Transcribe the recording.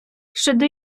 щодо